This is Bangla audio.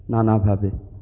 নানা ভাবে